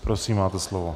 Prosím, máte slovo.